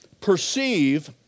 perceive